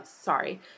Sorry